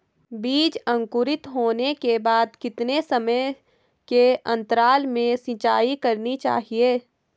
बीज अंकुरित होने के बाद कितने समय के अंतराल में सिंचाई करनी चाहिए?